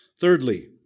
Thirdly